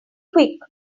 quick